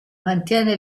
mantiene